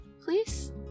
Please